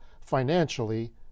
financially